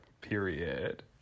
period